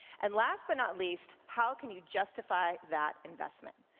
and last but not least, how can you justify that investment.